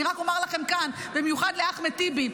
אני רק אומר לכם כאן, במיוחד לאחמד טיבי: